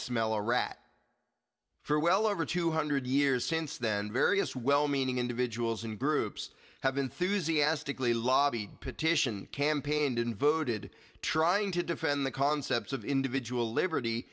smell a rat for well over two hundred years since then various well meaning individuals and groups have enthusiastically lobbied petition campaigned and voted trying to defend the concepts of individual liberty